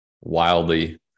wildly